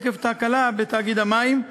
עקב תקלה בתאגיד המים.